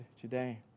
today